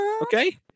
okay